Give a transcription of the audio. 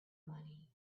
money